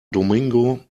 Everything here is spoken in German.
domingo